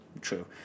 true